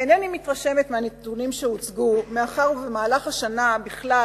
אינני מתרשמת מהנתונים שהוצגו מאחר שבמהלך השנה בכלל,